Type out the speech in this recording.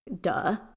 Duh